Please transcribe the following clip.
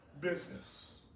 business